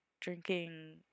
drinking